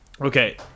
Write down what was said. Okay